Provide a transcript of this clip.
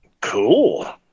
cool